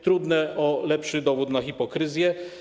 Trudno o lepszy dowód na hipokryzję.